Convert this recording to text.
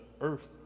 earth